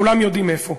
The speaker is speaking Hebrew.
כולם יודעים איפה.